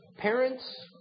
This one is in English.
parents